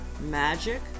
magic